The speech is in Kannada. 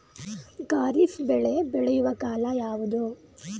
ಖಾರಿಫ್ ಬೆಳೆ ಬೆಳೆಯುವ ಕಾಲ ಯಾವುದು?